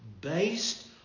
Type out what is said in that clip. based